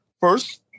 first